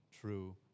true